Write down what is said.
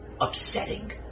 upsetting